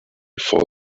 for